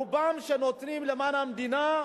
רובם, שנותנים למדינה,